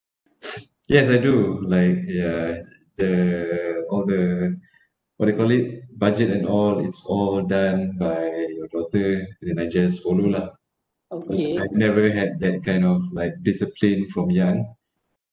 yes I do like ya the all the what they call it budget and all it's all done by your daughter and I just follow lah okay cause I never had that kind of like discipline from young